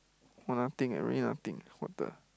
!wah! nothing eh really nothing what the